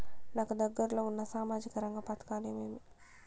నాకు దగ్గర లో ఉన్న సామాజిక రంగ పథకాలు ఏమేమీ?